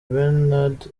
bernard